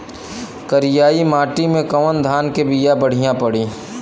करियाई माटी मे कवन धान के बिया बढ़ियां पड़ी?